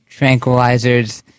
tranquilizers